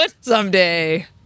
someday